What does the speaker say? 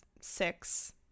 six